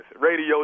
radio